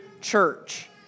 Church